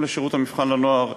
אם לשירות המבחן לנוער,